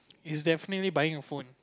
is definitely buying a phone